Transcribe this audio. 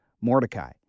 Mordecai